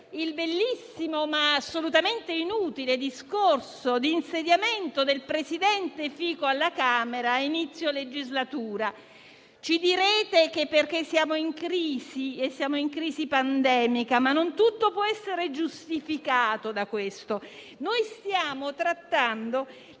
il bellissimo, ma assolutamente inutile discorso di insediamento del presidente Fico alla Camera a inizio legislatura. Ci direte che ciò avviene perché siamo in crisi pandemica, ma non tutto può essere giustificato da questo. Noi stiamo trattando